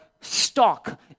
stock